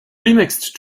remixed